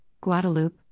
Guadeloupe